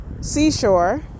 seashore